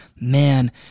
man